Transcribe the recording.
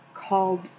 called